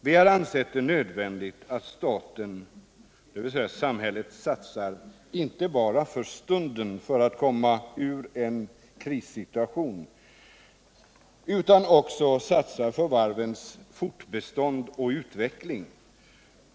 Vi har ansett det nödvändigt att staten, dvs. samhället, inte bara satsar för stunden för att komma ut ur en krissituation utan också för varvens fortbestånd och utveckling.